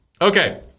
Okay